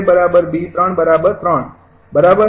તેથી 𝐵𝑗𝑗𝐵૩૩ બરાબર